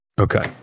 Okay